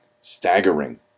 Staggering